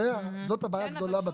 זו הבעיה הגדולה בתקנה.